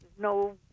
No